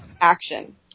action